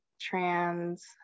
trans